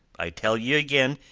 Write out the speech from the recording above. i tell ye again,